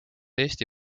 eesti